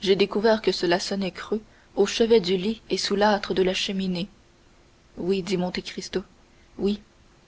j'ai découvert que cela sonnait le creux au chevet du lit et sous l'âtre de la cheminée oui dit monte cristo oui